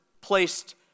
placed